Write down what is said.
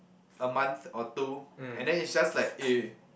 a month or two and then it's just like eh